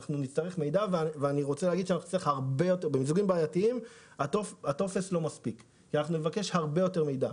בעייתיים שבהם הטופס לא מספיק ואנחנו נבקש הרבה יותר מידע.